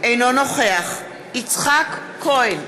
אינו נוכח יצחק כהן,